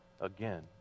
again